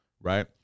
right